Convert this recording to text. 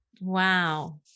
Wow